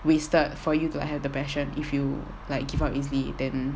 wasted for you to have the passion if you like give up easily then